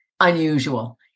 unusual